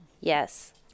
Yes